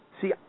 See